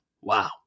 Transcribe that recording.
wow